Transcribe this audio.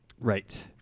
right